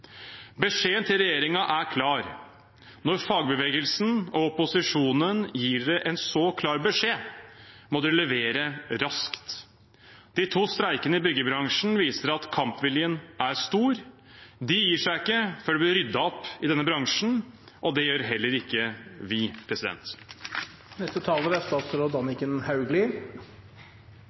Beskjeden til regjeringen er klar. Når fagbevegelsen og opposisjonen gir den en så klar beskjed, må den levere raskt. De to streikene i byggebransjen viser at kampviljen er stor. De gir seg ikke før det blir ryddet opp i denne bransjen. Det gjør heller ikke vi. Det er